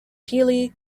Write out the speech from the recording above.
heeley